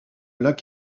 lac